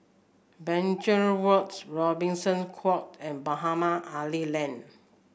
Binchang Walks Robertson Quay and Mohamed Ali Lane